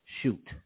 shoot